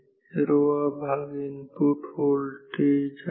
हिरवा भाग input voltage आहे